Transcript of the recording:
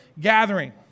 gathering